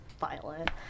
violent